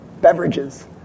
beverages